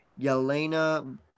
Yelena